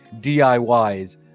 DIYs